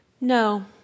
no